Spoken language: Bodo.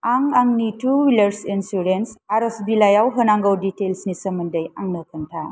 आं आंनि टु व्हिलार इन्सुरेन्स आरज बिलाइयाव होनांगौ दिटैल्सनि सोमोन्दै आंनो खोन्था